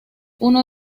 uno